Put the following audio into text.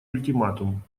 ультиматум